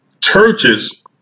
churches